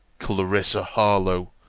clarissa harlowe,